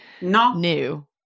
new